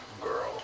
girl